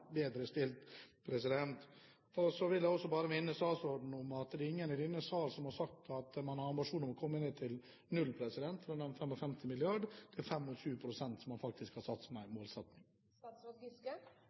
bedre stilt. Så vil jeg bare minne statsråden om at det er ingen i denne sal som har sagt at man har ambisjoner om å komme ned til null – det ble nevnt 50 mrd. kr. Det er 25 pst. man faktisk har